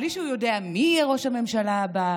בלי שהוא יודע מי יהיה ראש הממשלה הבא,